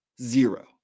zero